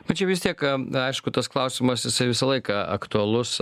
tai čia vis tiek aišku tas klausimas jisai visą laiką aktualus